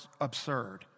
absurd